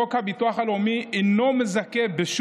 חוק הביטוח הלאומי אינו מזכה בדמי אבטלה,